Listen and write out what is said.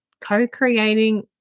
co-creating